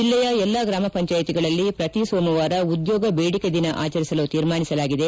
ಜಿಲ್ಲೆಯ ಎಲ್ಲಾ ಗ್ರಾಮ ಪಂಚಾಯಿತಿಗಳಲ್ಲಿ ಪ್ರತೀ ಸೋಮವಾರ ಉದ್ಯೋಗ ಬೇಡಿಕೆ ದಿನ ಆಚರಿಸಲು ತೀರ್ಮಾನಿಸಲಾಗಿದೆ